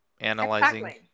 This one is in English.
analyzing